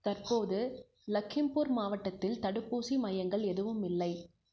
தற்போது லகிம்பூர் மாவட்டத்தில் தடுப்பூசி மையங்கள் எதுவும் இல்லை